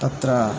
तत्र